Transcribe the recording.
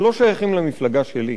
שלא שייכים למפלגה שלי,